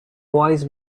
wise